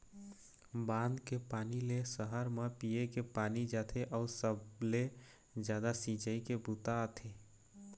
बांध के पानी ले सहर म पीए के पानी जाथे अउ सबले जादा सिंचई के बूता होथे